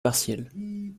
partiels